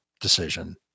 decision